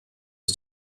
ist